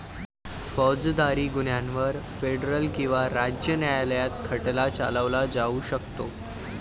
फौजदारी गुन्ह्यांवर फेडरल किंवा राज्य न्यायालयात खटला चालवला जाऊ शकतो